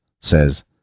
says